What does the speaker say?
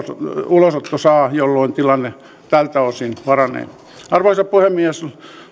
ulosotto saavat jolloin tilanne tältä osin paranee arvoisa puhemies